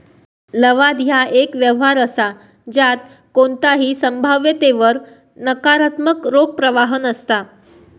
लवाद ह्या एक व्यवहार असा ज्यात कोणताही संभाव्यतेवर नकारात्मक रोख प्रवाह नसता